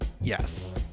Yes